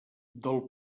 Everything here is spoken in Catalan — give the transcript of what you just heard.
del